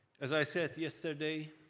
as i said yesterday,